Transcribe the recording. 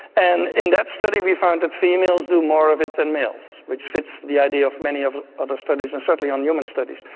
and in that study we found that females do more of it than males, which fits the idea of many of the other studies and certainly and human studies.